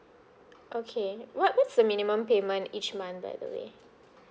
okay what what's the minimum payment each month by the way